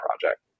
project